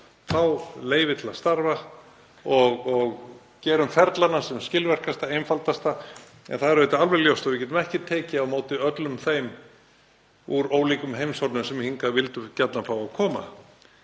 fá leyfi til að starfa og gerum ferla sem skilvirkasta, einfaldasta. En það er auðvitað alveg ljóst að við getum ekki tekið á móti öllum þeim úr ólíkum heimshornum sem hingað vildu gjarnan fá að koma